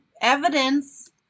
evidence